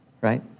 right